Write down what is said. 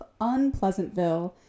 Unpleasantville